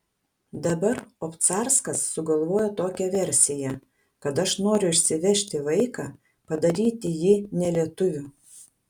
dabar obcarskas sugalvojo tokią versiją kad aš noriu išsivežti vaiką padaryti jį ne lietuviu